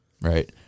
right